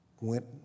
went